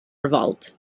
revolt